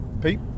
Pete